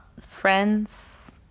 friends